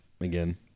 again